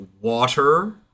water